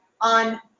on